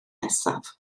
nesaf